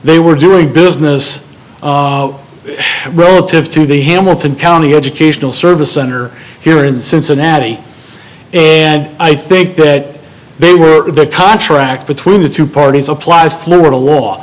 they were doing business relative to the hamilton county educational service center here in cincinnati and i think that they were the contract between the two parties applies to the law